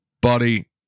buddy